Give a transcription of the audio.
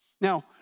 Now